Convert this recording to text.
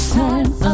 time